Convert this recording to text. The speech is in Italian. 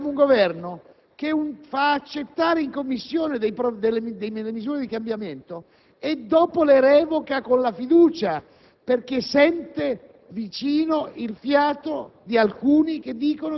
la sua *constituency* elettorale, i suoi elettori. Abbiamo un Governo che fa accettare in Commissione alcune misure di cambiamento e poi le revoca quando decide